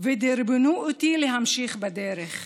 ודרבנו אותי להמשיך בדרך.